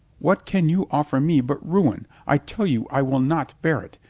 what can you offer me but ruin? i tell you i will not bear it.